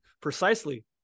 precisely